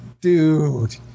dude